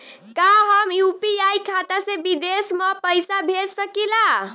का हम यू.पी.आई खाता से विदेश म पईसा भेज सकिला?